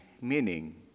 meaning